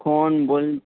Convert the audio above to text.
এখন